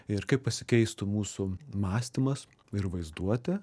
ir kaip pasikeistų mūsų mąstymas ir vaizduotė